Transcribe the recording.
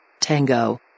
Tango